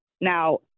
Now